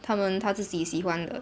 他们她自己喜欢的